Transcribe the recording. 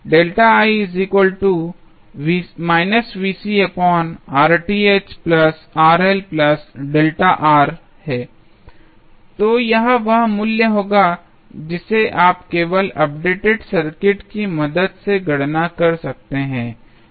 तो का मान होगा तो यह वह मूल्य होगा जिसे आप केवल अपडेटेड सर्किट की मदद से गणना कर सकते हैं